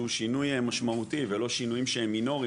שינוי משמעותי ולא שינויים שהם מינויים,